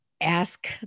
ask